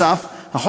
נוסף על כך,